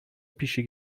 پیشی